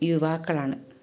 യുവാക്കളാണ്